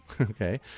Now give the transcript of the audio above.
okay